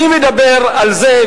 אני מדבר על זה,